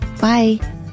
Bye